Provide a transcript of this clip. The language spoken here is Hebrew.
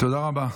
תודה רבה.